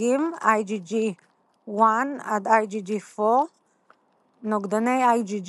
תת-סוגים IgG1 עד IgG4. נוגדני IgG